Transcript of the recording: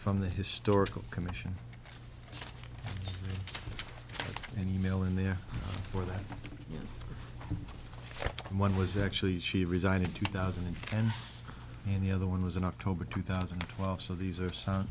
from the historical commission and e mail in there or that one was actually she resigned in two thousand and ten and the other one was in october two thousand and twelve so these are so